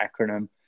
acronym